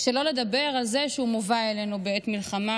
שלא נדבר על זה שהוא מובא אלינו בעת מלחמה,